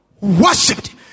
Worshipped